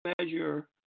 measure